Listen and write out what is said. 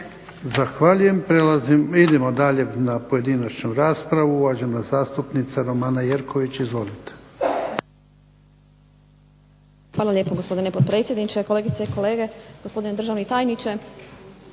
Zahvaljujem. Idemo dalje na pojedinačnu raspravu, uvažena zastupnica Romana Jerković. Izvolite. **Jerković, Romana (SDP)** Hvala lijepo gospodine potpredsjedniče, kolegice i kolege, gospodine državni tajniče.